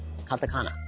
katakana